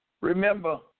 Remember